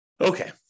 Okay